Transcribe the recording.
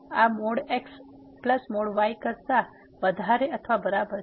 તેથી આ | x || y | કરતા વધારે અથવા બરાબર છે